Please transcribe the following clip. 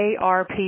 ARP